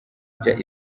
bya